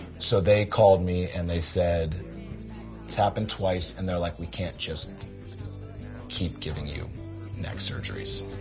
so they called me, and they said it's happened twice and they're like we can't just keep giving you neck surgeries.